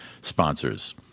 sponsors